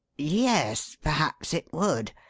yes perhaps it would.